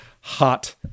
hot